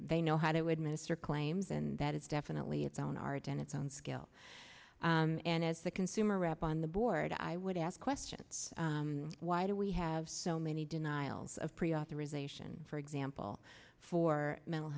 they know how to administer claims and that is definitely it's own art and its own skill and as the consumer rep on the board i would ask questions why do we have so many denials of preauthorization for example for mental